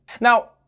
Now